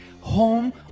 home